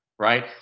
Right